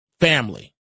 family